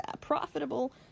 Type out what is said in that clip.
profitable